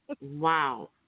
Wow